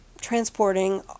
transporting